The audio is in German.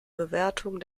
bewertung